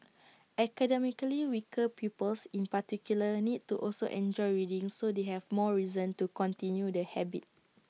academically weaker pupils in particular need to also enjoy reading so they have more reason to continue the habit